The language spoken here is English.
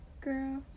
girl